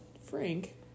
Frank